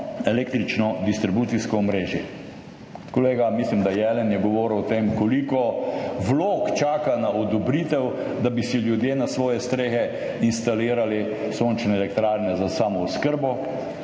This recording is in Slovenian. električno distribucijsko omrežje. Mislim, da je kolega Jelen govoril o tem, koliko vlog čaka na odobritev, da bi si ljudje na svoje strehe instalirali sončne elektrarne za samooskrbo.